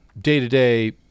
day-to-day